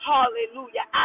Hallelujah